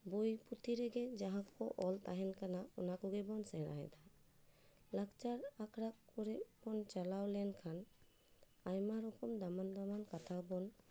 ᱵᱚᱭ ᱯᱩᱛᱷᱤ ᱨᱮᱜᱮ ᱡᱟᱦᱟᱸᱠᱚ ᱚᱞ ᱛᱟᱦᱮᱱ ᱠᱟᱱᱟ ᱩᱱᱟᱠᱚᱜᱮᱵᱚᱱ ᱥᱮᱸᱲᱟᱭᱮᱫᱟ ᱞᱟᱠᱪᱟᱨ ᱟᱠᱷᱲᱟ ᱠᱚᱨᱮᱵᱚᱱ ᱪᱟᱞᱟᱣ ᱞᱮᱱᱠᱷᱟᱱ ᱟᱭᱢᱟ ᱨᱚᱠᱚᱢ ᱫᱟᱢᱟᱱ ᱫᱟᱢᱟᱱ ᱠᱟᱛᱷᱟ ᱵᱚᱱ